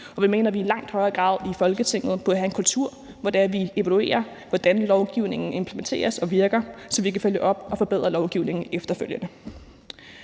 vi mener, at vi i langt højere grad i Folketinget burde have en kultur, hvor vi evaluerer, hvordan lovgivningen implementeres og virker, så vi kan følge op på og forbedre lovgivningen efterfølgende.